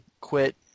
quit